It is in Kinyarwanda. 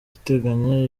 iteganya